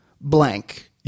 blank